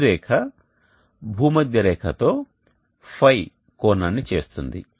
ఈ రేఖ భూమధ్య రేఖతో Ф కోణాన్ని చేస్తుంది